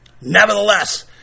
Nevertheless